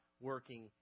working